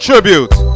Tribute